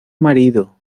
marido